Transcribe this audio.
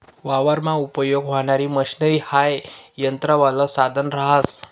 वावरमा उपयेग व्हणारी मशनरी हाई यंत्रवालं साधन रहास